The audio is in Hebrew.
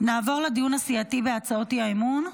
נעבור לדיון הסיעתי בהצעות האי-אמון.